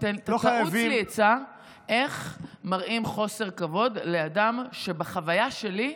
תעוץ לי עצה איך מראים חוסר כבוד לאדם שבחוויה שלי,